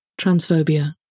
transphobia